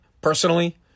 personally